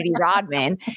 Rodman